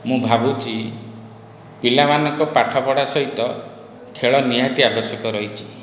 ମୁଁ ଭାବୁଛି ପିଲାମାନଙ୍କ ପାଠପଢ଼ା ସହିତ ଖେଳ ନିହାତି ଆବଶ୍ୟକ ରହିଛି